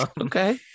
Okay